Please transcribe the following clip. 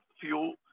fuel